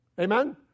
Amen